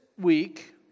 week